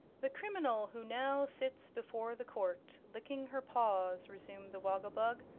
the criminal who now sits before the court licking her paws, resumed the woggle-bug,